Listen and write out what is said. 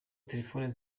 telefoni